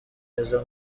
neza